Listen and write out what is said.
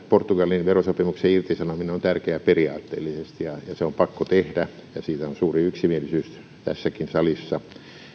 portugalin verosopimuksen irtisanominen on tärkeää periaatteellisesti ja se on pakko tehdä ja siitä on suuri yksimielisyys tässäkin salissa